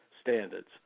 standards